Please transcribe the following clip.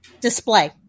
display